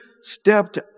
stepped